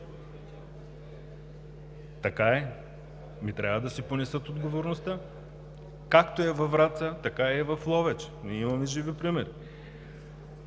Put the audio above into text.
Така е. Ами трябва да си понесат отговорността – както е във Враца, така е и в Ловеч. Ние имаме живи примери.